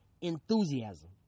enthusiasm